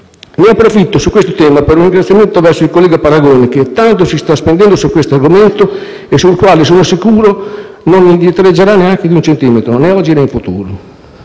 Ne approfitto per un ringraziamento al collega Paragone, che tanto si sta spendendo su questo argomento e sul quale, sono sicuro, non indietreggerà neanche di un centimetro, né oggi, né in futuro.